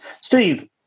Steve